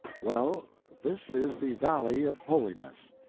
well, this is the valley of holiness.